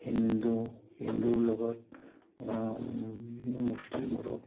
হিন্দু হিন্দুৰ লগত মুছলিমৰো